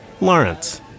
Lawrence